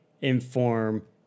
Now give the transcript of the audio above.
inform